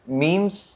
memes